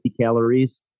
calories